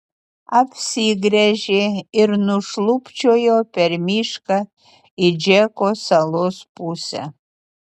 apsigręžė ir nušlubčiojo per mišką į džeko salos pusę